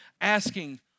asking